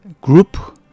group